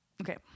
okay